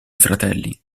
fratelli